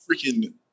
freaking